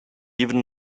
even